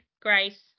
grace